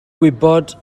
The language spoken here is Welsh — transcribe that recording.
gwybod